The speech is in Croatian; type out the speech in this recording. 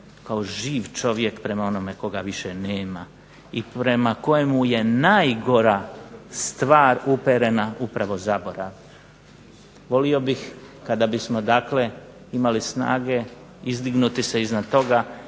kao živ čovjek prema onome koga više nema i prema kojemu je najgora stvar uperena upravo zaborav. Volio bih kada bismo dakle imali snage izdignuti se iznad toga